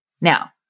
Now